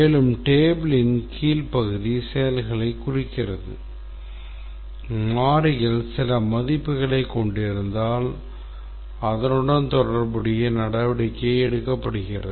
மேலும் tableயின் கீழ் பகுதி செயல்களைக் குறிக்கிறது மாறிகள் சில மதிப்புகளைக் கொண்டிருந்தால் அதனுடன் தொடர்புடைய நடவடிக்கை எடுக்கப்படுகிறது